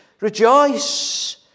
Rejoice